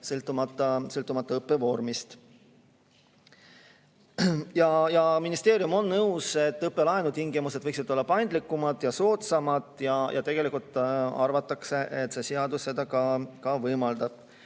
sõltumata õppevormist. Ministeerium on nõus, et õppelaenutingimused võiksid olla paindlikumad ja soodsamad. Tegelikult arvatakse, et see seadus seda ka võimaldab.